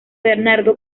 bernardo